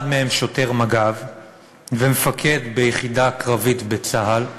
אחד מהם שוטר מג"ב ומפקד ביחידה קרבית בצה"ל,